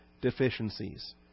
deficiencies